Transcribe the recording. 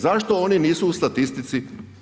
Zašto oni nisu u statistici?